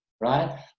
Right